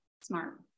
smart